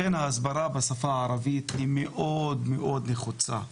לכן ההסברה בשפה הערבית היא מאוד מאוד נחוצה.